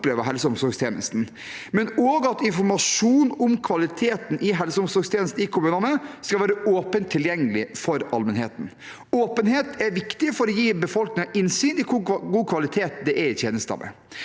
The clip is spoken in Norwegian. helse- og omsorgstjenestene i kommunene skal være åpent tilgjengelig for allmennheten. Åpenhet er viktig for å gi befolkningen innsyn i hvor god kvalitet det er i tjenestene.